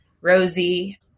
Rosie